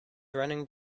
running